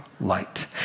light